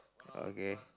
okay